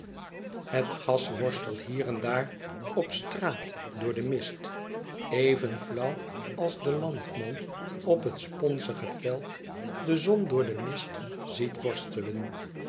het gas worstelt hier en daar op straat door den mist even flauw als de landman op het sponzige veld de zon door den mist ziet worstelen